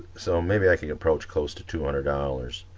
so maybe i can approach close to two hundred dollars.